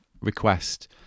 request